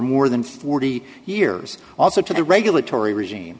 more than forty years also to the regulatory regime